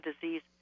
disease